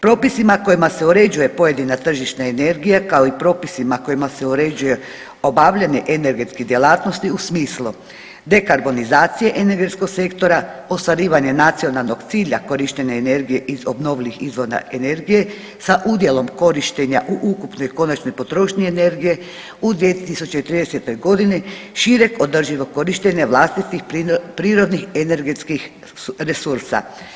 Propisima kojima se uređuje pojedina tržišna energija kao i propisima kojima se uređuje obavljanje energetske djelatnosti u smislu: dekarbonizacije energetskog sektora, ostvarivanje nacionalnog cilja korištenja energije iz obnovljivih izvora energije sa udjelom korištenja u ukupnoj konačnoj potrošnji energije u 2030. godini šireg održivog korištenja vlastitih prirodnih energetskih resursa.